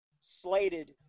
slated